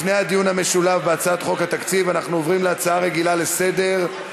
לפני הדיון המשולב בהצעת חוק התקציב אנחנו עוברים להצעה רגילה לסדר,